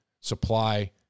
supply